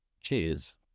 cheers